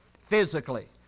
physically